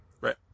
Right